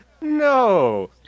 No